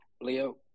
Leo